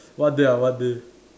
one day ah one day